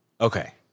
Okay